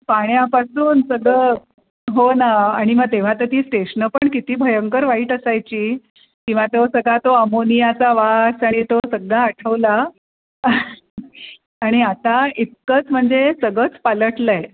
पाण्यापासून सगळं हो ना आणि मग तेव्हा तर ती स्टेशनं पण किती भयंकर वाईट असायची किंवा तो सगळा तो अमोनीयाचा वास आणि तो सगळा आठवला आणि आता इतकंच म्हणजे सगळंच पालटलं आहे